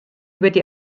wedi